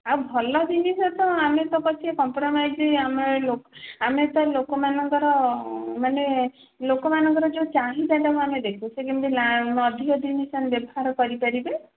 ଆଉ ଭଲ ଜିନିଷ ତ ଆମେ ତ ବାକି କମ୍ପ୍ରମାଇଜ୍ ଆମେ ତ ଲୋକମାନଙ୍କର ମାନେ ଲୋକମାନଙ୍କର ଯେଉଁ ଚାହିଦାଟା ମାନେ ଦେଖୁ ସେ ଯେମିତି ଅଧିକ ଦିନ ବ୍ୟବହାର କରିପାରିବେ